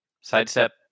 Sidestep